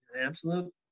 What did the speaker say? Absolute